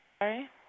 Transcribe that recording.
Sorry